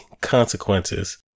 consequences